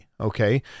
okay